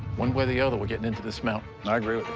one way or the other, we're gettin' into this mountain. i